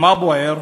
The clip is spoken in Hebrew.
מה בוער?